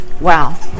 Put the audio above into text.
Wow